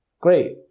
great.